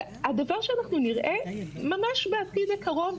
הדבר שאנחנו נראה ממש בעתיד הקרוב,